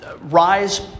rise